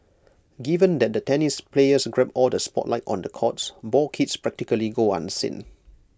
given that the tennis players grab all the spotlight on the courts ball kids practically go unseen